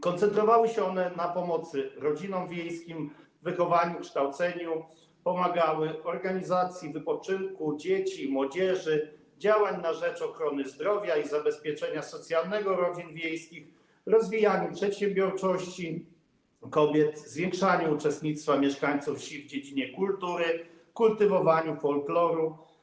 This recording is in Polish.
Koncentrowały się one na pomocy rodzinom wiejskim, wychowaniu, kształceniu, pomagały w organizacji wypoczynku dzieci i młodzieży, w działaniach na rzecz ochrony zdrowia i zabezpieczenia socjalnego rodzin wiejskich, w rozwijaniu przedsiębiorczości kobiet, w zwiększaniu uczestnictwa mieszkańców wsi w dziedzinie kultury, w kultywowaniu folkloru.